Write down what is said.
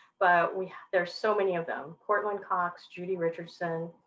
but we there are so many of them. courtland cox, judy richardson,